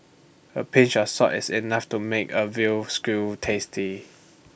A pinch of salt is enough to make A Veal Stew tasty